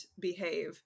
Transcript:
behave